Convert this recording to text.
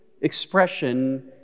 expression